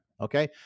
Okay